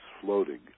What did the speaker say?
floating